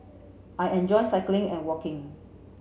I enjoy cycling and walking